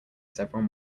several